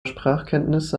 sprachkenntnisse